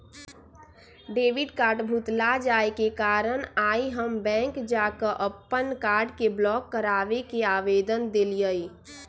debit card भुतला जाय के कारण आइ हम बैंक जा कऽ अप्पन कार्ड के ब्लॉक कराबे के आवेदन देलियइ